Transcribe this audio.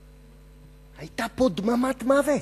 היתה פה דממת מוות.